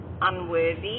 unworthy